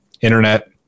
internet